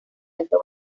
alto